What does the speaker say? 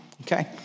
Okay